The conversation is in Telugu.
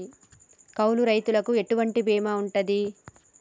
కౌలు రైతులకు ఎటువంటి బీమా ఉంటది?